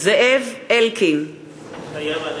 מתחייב אני